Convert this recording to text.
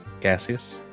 gaseous